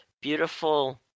beautiful